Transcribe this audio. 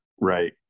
right